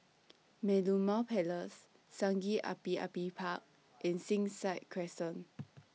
Merlimau Place Sungei Api Api Park and Springside Crescent